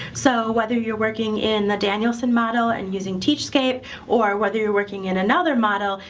so whether you're working in the danielson model and using teachscape or whether you're working in another model,